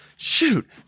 shoot